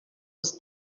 was